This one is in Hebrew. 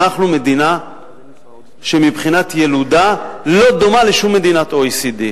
אנחנו מדינה שמבחינת ילודה לא דומה לשום מדינת OECD,